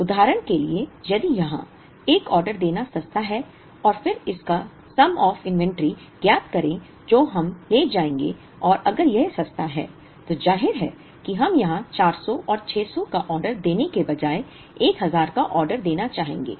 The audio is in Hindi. उदाहरण के लिए यदि यहां 1 ऑर्डर देना सस्ता है और फिर इसका योग सम आफ इन्वेंटरी ज्ञात करें जो हम ले जाएंगे और अगर यह सस्ता है तो जाहिर है कि हम यहां 400 और 600 का ऑर्डर देने के बजाय 1000 का ऑर्डर देना चाहेंगे